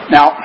Now